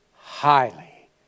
highly